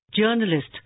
journalist